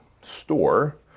store